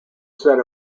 set